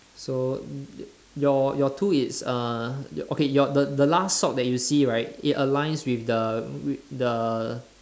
so your your two it's uh okay your the the last sock that you see right it aligns with the with the